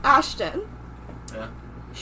Ashton